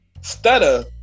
Stutter